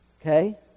okay